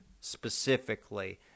specifically